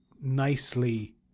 nicely